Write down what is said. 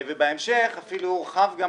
ובהמשך אפילו הורחב גם